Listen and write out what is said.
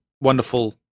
wonderful